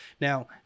Now